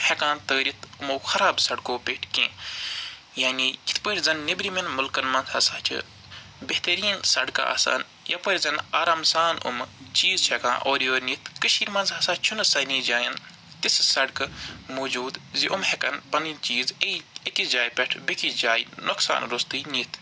ہٮ۪کان تٲرِتھ یِمو خراب سڑکو پیٚٹھۍ کیٚنٛہہ یعنی یِتھ پٲٹھۍ زن نٮ۪برِمٮ۪ن مُلکن منٛز ہَسا چھِ بہترین سڑکہٕ آسان یَپٲرۍ زن آرام سان یِمہٕ چیٖز چھِ ہٮ۪کان اورٕ یور نِتھ کٔشیٖرِ منٛز ہَسا چھُنہٕ سارنہِ جاین تِژھٕ سڑکہٕ موٗجوٗد زِ یِم ہٮ۪کن پنٕنۍ چیٖز أکِس جایہِ پٮ۪ٹھ بیٚکِس جایہِ نۄقصان روٚستُے نِتھ